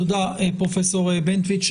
תודה פרופסור בנטואיץ.